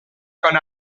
con